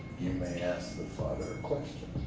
you may ask the father a question